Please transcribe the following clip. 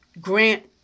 grant